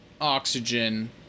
oxygen